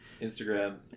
Instagram